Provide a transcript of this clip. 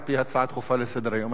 על-פי הצעה דחופה לסדר-היום.